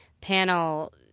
panel